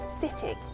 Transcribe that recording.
sitting